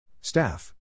Staff